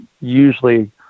usually